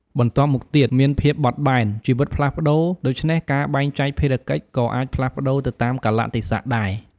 បន្ទាប់មកទៀត មានភាពបត់បែន ជីវិតផ្លាស់ប្តូរ ដូច្នេះការបែងចែកភារកិច្ចក៏អាចផ្លាស់ប្តូរទៅតាមកាលៈទេសៈដែរ។